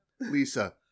Lisa